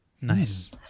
Nice